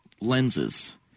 lenses